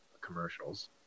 commercials